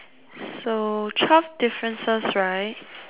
so twelve differences right